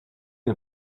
une